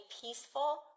peaceful